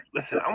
Listen